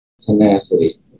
Tenacity